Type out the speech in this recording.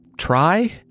Try